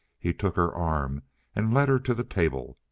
he took her arm and led her to the table.